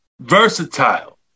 versatile